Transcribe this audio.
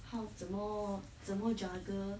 好怎么怎么 juggle